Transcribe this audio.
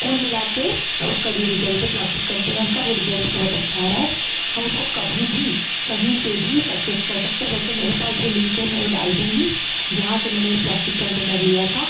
कुल मिला के उसका जो रिज़ल्ट है प्लास्टिक कंटेनर का वो रिज़ल्ट बहुत अच्छा आ रा है हम उसको कभी भी कहीं से भी परचेज़ कर सकते वैसे मेरे पास जो लिंक है मैं वो डाल दूँगी जहाँ से मैंने ये प्लास्टिक कंटेनर लिया था